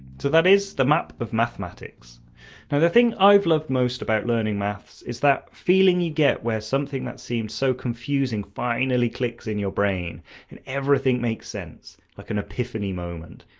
so that is the map of mathematics. now the thing i have loved most about learning maths is that feeling you get where something that seemed so confusing finally clicks in your brain and everything makes sense like an epiphany moment,